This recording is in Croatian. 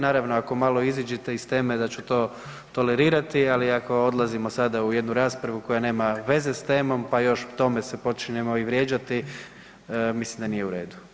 Naravno ako malo iziđete iz teme da ću to tolerirati, ali ako odlazimo sada u jednu raspravu koja nema veze s temom, pa još k tome se počinjemo i vrijeđati, mislim da nije u redu.